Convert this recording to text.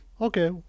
okay